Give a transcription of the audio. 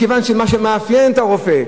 מכיוון שמה שמאפיין את הרופא,